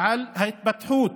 על ההתפתחות